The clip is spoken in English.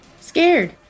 scared